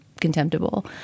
contemptible